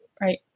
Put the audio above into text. Right